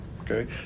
Okay